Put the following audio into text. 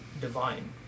divine